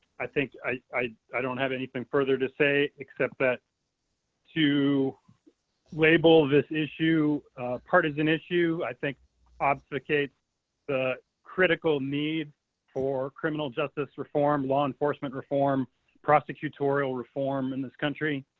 i think i i don't have anything further to say except that too label this issue partisan issue i think obfuscates the critical need for criminal justice reform law enforcement reform prosecutorial reform in this country.